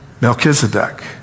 melchizedek